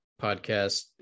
podcast